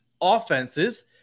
offenses